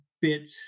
bit